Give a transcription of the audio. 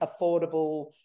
affordable